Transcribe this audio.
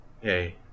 Hey